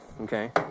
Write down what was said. okay